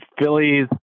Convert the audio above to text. Phillies